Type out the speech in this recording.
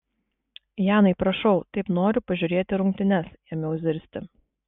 janai prašau taip noriu pažiūrėti rungtynes ėmiau zirzti